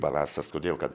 balastas todėl kad